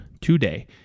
today